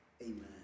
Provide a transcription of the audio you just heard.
amen